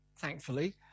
thankfully